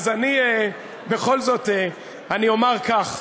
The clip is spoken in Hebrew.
אז אני בכל זאת אומַר כך.